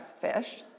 fish